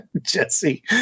Jesse